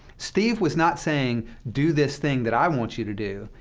steve was not saying, do this thing that i want you to do.